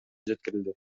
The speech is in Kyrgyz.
жеткирилди